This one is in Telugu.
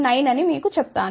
9 అని మీకు చెప్తాను